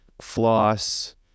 floss